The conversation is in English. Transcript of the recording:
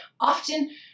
often